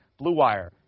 Bluewire